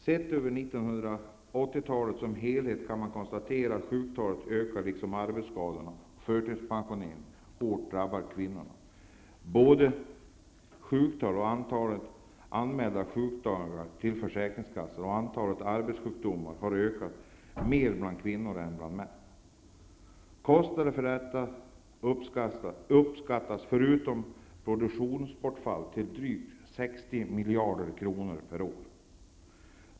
Sett över 1980-talet som helhet kan man konstatera att sjuktalet ökar, liksom arbetsskadorna och förtidspensioneringarna. Både sjuktalet -- antalet anmälda sjukdagar till försäkringskassan -- och antalet arbetssjukdomar har ökat mer bland kvinnor än bland män. Kostnaderna för dessa upskattas, förutom produktionsbortfallet, till drygt 60 miljarder kronor per år.